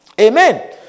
amen